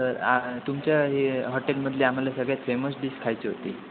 तर आं तुमच्या हे हॉटेलमधली आम्हाला सगळ्यात फेमस डिश खायची होती